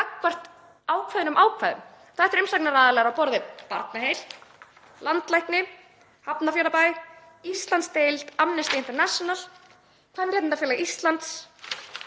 gagnvart ákveðnum ákvæðum. Þetta eru umsagnaraðilar á borð við Barnaheill, landlækni, Hafnarfjarðarbæ, Íslandsdeild Amnesty International, Kvenréttindafélag Íslands,